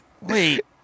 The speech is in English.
Wait